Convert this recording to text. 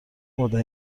مدت